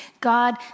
God